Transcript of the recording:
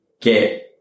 get